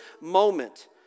moment